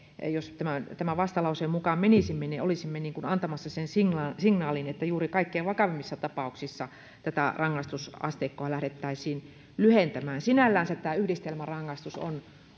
jos tämän tämän vastalauseen mukaan menisimme olisimme antamassa sen signaalin signaalin että juuri kaikkein vakavimmissa tapauksissa tätä rangaistusasteikkoa lähdettäisiin lyhentämään sinällänsä tämä yhdistelmärangaistus on